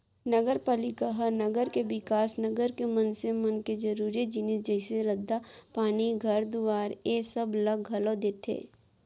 नगरपालिका ह नगर के बिकास, नगर के मनसे मन के जरुरी जिनिस जइसे रद्दा, पानी, घर दुवारा ऐ सब ला घलौ देखथे